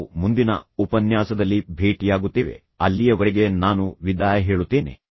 ನಾವು ಮುಂದಿನ ಉಪನ್ಯಾಸದಲ್ಲಿ ಭೇಟಿಯಾಗುತ್ತೇವೆ ಅಲ್ಲಿಯವರೆಗೆ ನಾನು ವಿದಾಯ ಹೇಳುತ್ತೇನೆ